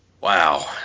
Wow